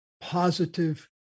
positive